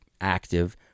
active